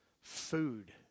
food